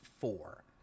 four